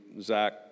Zach